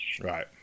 Right